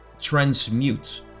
transmute